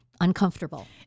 uncomfortable